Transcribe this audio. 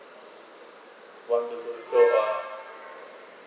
one to two weeks so uh